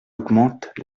augmente